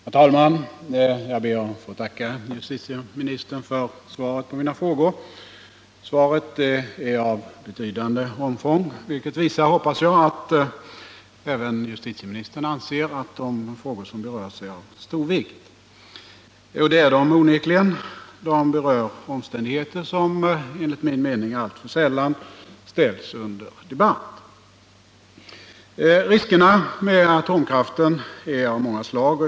Herr talman! Jag ber att få tacka justitieministern för svaret på min interpellation. Svaret är av betydande omfång, vilket — hoppas jag — visar att även justitieministern anser att de frågor som berörs onekligen är av stor vikt. De berör omständigheter som enligt min mening alltför sällan ställs under debatt. Riskerna med atomkraften är av många slag.